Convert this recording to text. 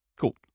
Cool